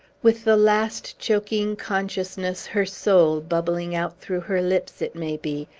with the last, choking consciousness, her soul, bubbling out through her lips, it may be,